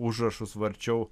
užrašus varčiau